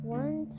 one